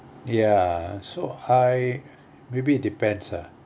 ya so I maybe it depends ah